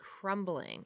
crumbling